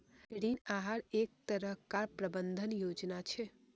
ऋण आहार एक तरह कार प्रबंधन योजना छे